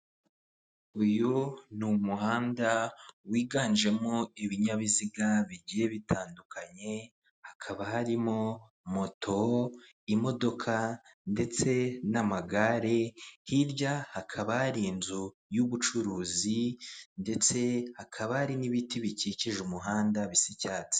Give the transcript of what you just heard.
Uyu ni umuhanda wiganjemo ibinyabiziga bigiye bitandukanye, hakaba harimo, moto, imodoka ndetse n'amagare hirya hakaba hari inzu y'ubucuruzi, ndetse hakaba hari n'ibiti bikikije umuhanda bisa icyatsi.